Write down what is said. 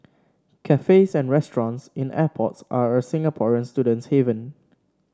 cafes and restaurants in airports are a Singaporean student's haven